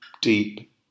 deep